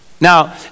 now